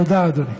תודה, אדוני.